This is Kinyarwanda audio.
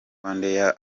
rwandair